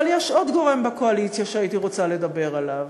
אבל יש עוד גורם בקואליציה שהייתי רוצה לדבר עליו,